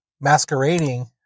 masquerading